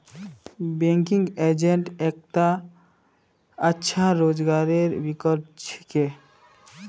banking agent एकता अच्छा रोजगारेर विकल्प छिके